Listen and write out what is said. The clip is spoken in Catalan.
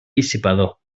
dissipador